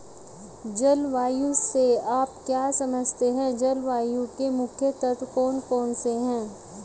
जलवायु से आप क्या समझते हैं जलवायु के मुख्य तत्व कौन कौन से हैं?